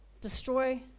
destroy